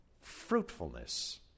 fruitfulness